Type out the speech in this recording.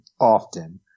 often